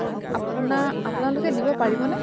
আপোনা আপোনালোকে দিব পাৰিবনে